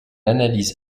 analyse